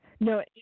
No